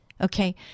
Okay